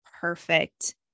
perfect